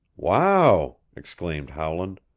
wow! exclaimed howland.